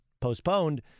postponed